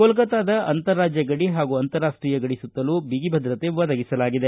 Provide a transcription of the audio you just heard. ಕೋಲ್ಲತಾದ ಅಂತರ ರಾಜ್ಯ ಗಡಿ ಹಾಗೂ ಅಂತಾರಾಷೀಯ ಗಡಿ ಸುತ್ತಲೂ ಬಿಗಿಭದ್ರತೆ ಒದಗಿಸಲಾಗಿದೆ